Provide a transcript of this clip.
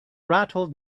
rattled